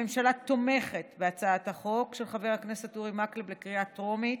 הממשלה תומכת בהצעת החוק של חבר הכנסת אורי מקלב בקריאה טרומית.